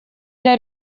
для